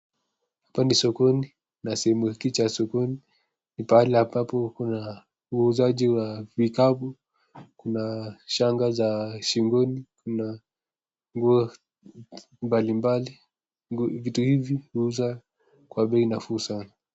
Hapa ni sokoni na sehemu hii cha sokoni, ni pahali ambapo kuna uuzaji wa vitabu, kuna shanga za shingoni, kuna nguo mbalimbali, vitu hivi huuzwa kwa bei nafuu sana.